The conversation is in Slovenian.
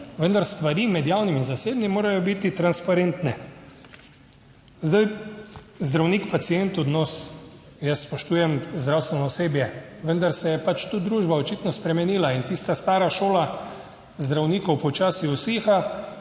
vendar stvari med javnim in zasebnim morajo biti transparentne. Zdaj zdravnik-pacient, odnos, jaz spoštujem zdravstveno osebje, vendar se je pač tudi družba očitno spremenila in tista stara šola zdravnikov počasi usiha